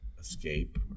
escape